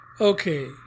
Okay